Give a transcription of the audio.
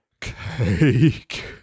cake